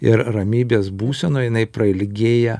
ir ramybės būsenoj jinai prailgėja